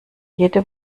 jede